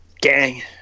gang